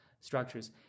structures